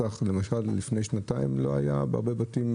למשל בפסח לפני שנתיים לא היו ביצים בהרבה בתים.